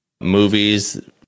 movies